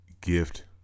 gift